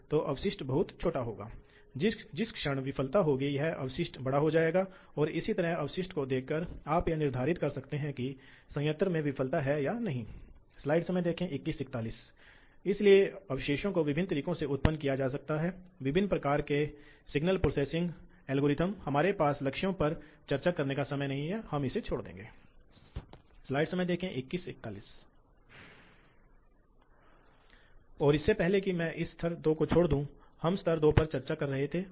तो नौकरी इस तरह घूम रही है और वह उपकरण घूम रहा है नौकरी एक स्थान पर घूम रही है उपकरण एक तरफ से दूसरी तरफ जा रहा है ठीक है इसलिए उपकरण की नोक पर बल बनाया जा रहा है और उपकरण बनाया जा रहा है एक पेंच से संचालित इसलिए पेंच यहां घूम रहा है इसलिए उपकरण घूम रहा है इसलिए स्क्रू पर लोड जिसे मोटर पर लोडिंग तंत्र के रूप में परिलक्षित किया जा सकता है जिसका उपयोग किया जाता है इस बल द्वारा गुणा किया जा सकता है इस लंबाई हाथ से